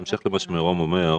בהמשך למה שמירום אומר,